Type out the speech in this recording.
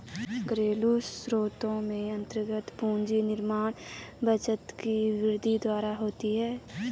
घरेलू स्रोत में अन्तर्गत पूंजी निर्माण बचतों की वृद्धि द्वारा होती है